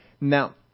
Now